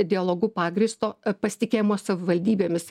dialogu pagrįsto pasitikėjimo savivaldybėmis